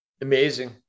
Amazing